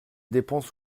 dépenses